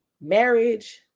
marriage